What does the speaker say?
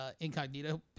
incognito